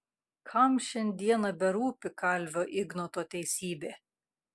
kam šiandieną berūpi kalvio ignoto teisybė